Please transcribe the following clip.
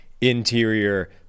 interior